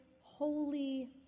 holy